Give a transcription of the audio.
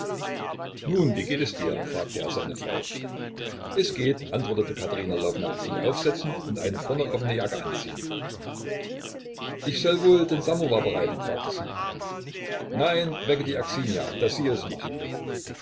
nun wie geht es dir fragte er seine frau es geht antwortete katerina lwowna sich aufsetzend und eine vorne offene jacke anziehend ich soll wohl den samowar bereiten fragte sie nein wecke die aksinja daß sie es macht